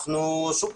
שוב,